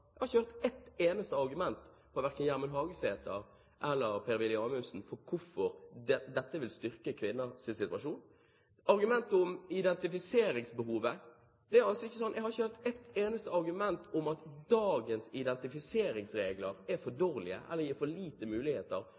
Jeg har ikke hørt et eneste argument fra verken Gjermund Hagesæter eller Per-Willy Amundsen for hvorfor dette vil styrke kvinners situasjon. Når det gjelder identifiseringsbehovet, har jeg ikke hørt ett eneste argument om at dagens identifiseringsregler er for dårlige eller gir for lite muligheter